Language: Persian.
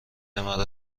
مرا